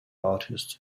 artists